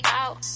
out